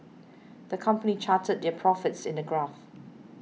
the company charted their profits in a graph